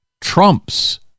trump's